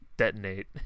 detonate